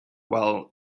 while